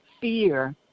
fear